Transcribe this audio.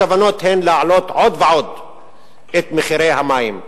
הכוונות הן להעלות עוד ועוד את מחירי המים.